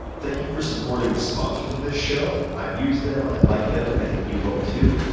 thank you for supporting the sponsors of this show. i've used them. i like them, and i think you will too.